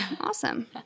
Awesome